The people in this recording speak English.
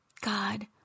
God